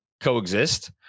coexist